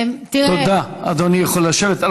תראה, תודה, אדוני יכול לשבת.